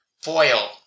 FOIL